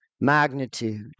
magnitude